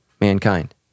mankind